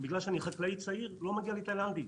בגלל שאני חקלאי צעיר לא מגיע לי עובד תאילנדי.